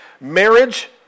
marriage